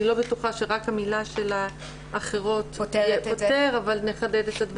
אני לא בטוחה שרק המילה "אחרות" פותרת את זה.